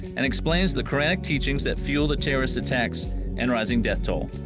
and explains the quranic teachings that fuel the terrorist attacks and rising death toll.